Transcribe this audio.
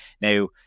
Now